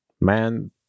Man